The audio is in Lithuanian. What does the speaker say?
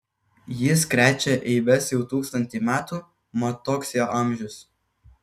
jis krečia eibes jau tūkstantį metų mat toks jo amžius